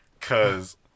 Cause